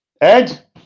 ed